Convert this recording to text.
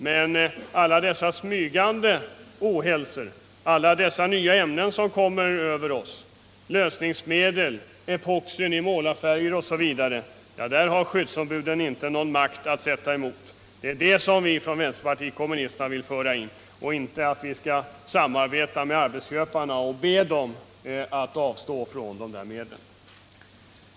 Men när det gäller all denna smygande ohälsa, alla dessa nya ämnen som kommer över oss — lösningsmedel, epoxi i målarfärger osv. — har skyddsombuden inte någon makt att sätta emot. Det är sådan makt som vi från vänsterpartiet kommunisterna vill föra in — inte att vi skall samarbeta med arbetsköparna och be dem att avstå från dessa medel.